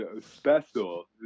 special